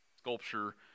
sculpture